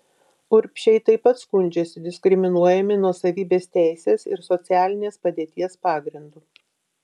urbšiai taip pat skundžiasi diskriminuojami nuosavybės teisės ir socialinės padėties pagrindu